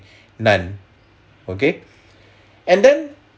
none okay and then